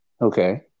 Okay